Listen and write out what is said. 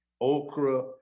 okra